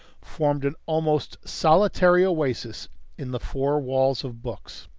formed an almost solitary oasis in the four walls of books.